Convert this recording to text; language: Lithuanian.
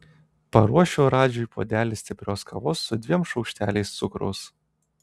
paruošiu radžiui puodelį stiprios kavos su dviem šaukšteliais cukraus